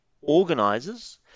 organizers